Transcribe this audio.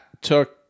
took